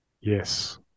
yes